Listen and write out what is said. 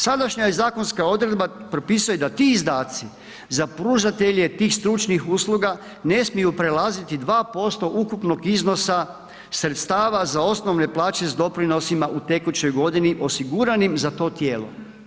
Sadašnja je zakonska odredba, propisuje da ti izdaci za pružatelje tih stručnih usluga ne smiju prelaziti 2% ukupnog iznosa sredstava za osnovne plaće sa doprinosima u tekućoj godini osiguranim za to tijelo.